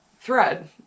thread